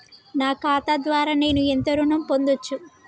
నా ఖాతా ద్వారా నేను ఎంత ఋణం పొందచ్చు?